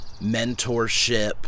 mentorship